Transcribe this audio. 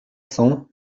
cents